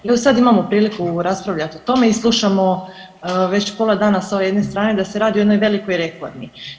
I evo sad imamo priliku raspravljat o tome i slušamo već pola dana s ove jedne strane da se radi o jednoj velikoj reformi.